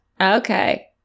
Okay